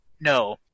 no